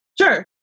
Sure